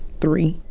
three.